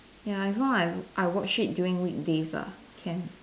ya if not I would I watch it during weekdays lah can